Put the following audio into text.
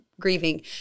grieving